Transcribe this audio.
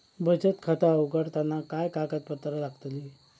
बचत खाता उघडताना काय कागदपत्रा लागतत?